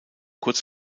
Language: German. kurz